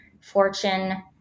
fortune